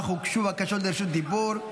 אך הוגשו בקשות לרשות דיבור.